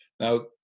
Now